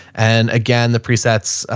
and again, the presets, ah,